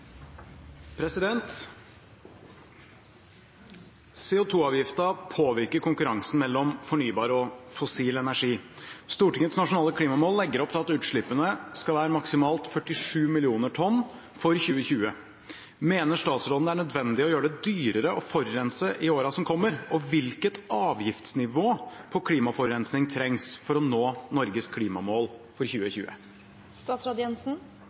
påvirker konkurransen mellom fornybar og fossil energi. Stortingets nasjonale klimamål legger opp til at utslippene skal være maksimalt 47 mill. tonn for 2020. Mener statsråden det er nødvendig å gjøre det dyrere å forurense i